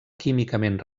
químicament